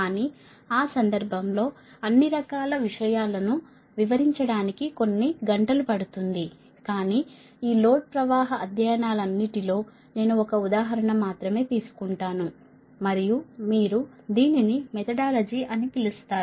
కానీ ఈ సందర్భంలోఅన్ని రకాల విషయాలను వివరించడానికి కొన్ని గంటలు పడుతుంది కానీ ఈ లోడ్ ప్రవాహ అధ్యయనాలన్నిటి లో నేను ఒక ఉదాహరణ మాత్రమే తీసుకుంటాను మరియు మీరు దీనిని మెథడాలజీ అని పిలుస్తారు